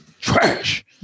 Trash